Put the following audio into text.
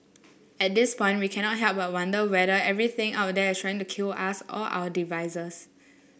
at this point we cannot help but wonder whether everything out there is trying to kill us or our devices